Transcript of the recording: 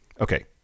okay